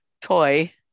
toy